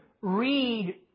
read